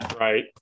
Right